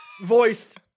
voiced